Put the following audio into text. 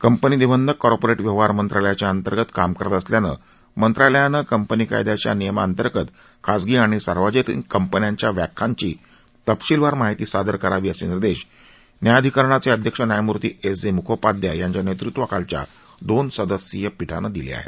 company निबंधक corporate व्यवहार मंत्रालयाच्या अंतर्गत काम करत असल्यानं मंत्रालयानं कंपनी कायद्याच्या नियमांअंतर्गत खाजगी आणि सार्वजनिक कंपन्याच्या व्याख्यांची तपशिलावार माहिती सादर करावी असे निर्देश न्यायाधीकरणाचे अध्यक्ष न्यायमूर्ती एस जे मुखोपाध्याय यांच्या नेतृत्वाखालच्या दोन सदस्यीय पीठानं दिले आहेत